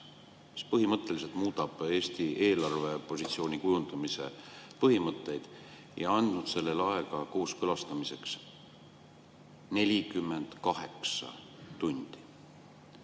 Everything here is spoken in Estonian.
mis põhimõtteliselt muudab Eesti eelarvepositsiooni kujundamise põhimõtteid, ja andnud selle kooskõlastamiseks aega 48 tundi.